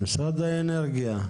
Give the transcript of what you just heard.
משרד האנרגיה,